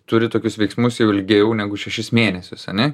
turi tokius veiksmus jau ilgiau negu šešis mėnesius ane